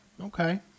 Okay